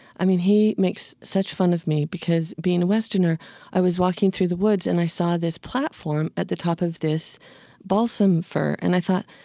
i mean, he makes such fun of me, because being a westerner i was walking through the woods and i saw this platform at the top of this balsam fir and i thought,